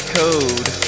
code